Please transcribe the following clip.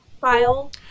file